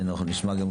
אנחנו נשמע את